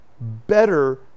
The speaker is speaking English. better